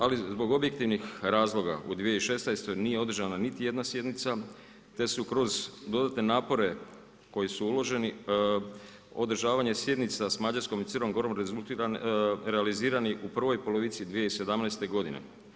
Ali zbog objektivnih razloga u 2016. nije održana niti jedna sjednica te su kroz dodatne napore koji su uloženi održavanje sjednica sa Mađarskom i Crnom Gorom realizirani u prvoj polovici 2017. godine.